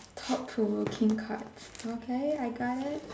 top thrower King cards okay I got it